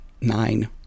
nine